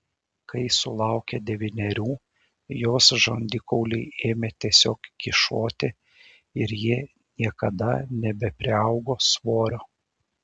kai sulaukė devynerių jos žandikauliai ėmė tiesiog kyšoti ir ji niekada nebepriaugo svorio